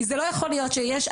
כי זה לא יכול להיות שיש,